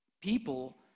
people